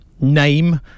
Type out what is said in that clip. name